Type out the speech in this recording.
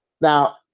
now